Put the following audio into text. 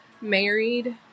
married